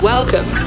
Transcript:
Welcome